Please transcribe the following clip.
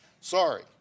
Sorry